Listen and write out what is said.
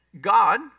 God